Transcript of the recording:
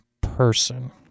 person